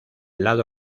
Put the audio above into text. lado